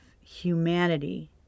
humanity